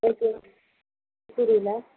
okay புரியலை